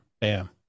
bam